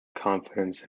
confidence